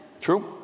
True